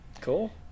cool